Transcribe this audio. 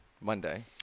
Monday